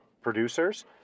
producers